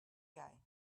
guy